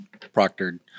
proctored